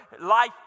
life